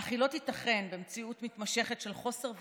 אך היא לא תיתכן במציאות מתמשכת של חוסר ודאות,